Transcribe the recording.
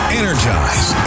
energize